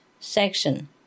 section